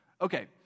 Okay